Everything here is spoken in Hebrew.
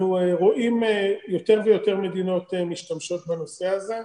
אנחנו רואים יותר ויותר מדינות משתמשות בנושא הזה,